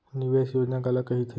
निवेश योजना काला कहिथे?